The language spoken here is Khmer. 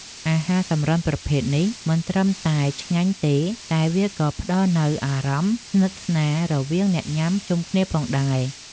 អាហារសម្រន់ប្រភេទនេះមិនត្រឹមតែឆ្ងាញ់ទេតែវាក៏ផ្តល់នូវអារម្មណ៍ស្និទ្ធស្នាលរវាងអ្នកញ៉ាំជុំគ្នាផងដែរ។